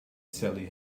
sally